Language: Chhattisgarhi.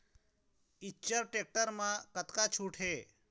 इच्चर टेक्टर म कतका छूट हे?